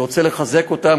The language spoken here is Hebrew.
אני רוצה לחזק אותם.